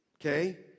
Okay